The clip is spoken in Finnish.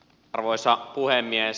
arvoisa puhemies